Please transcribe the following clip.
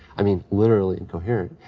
i mean, literally incoherent.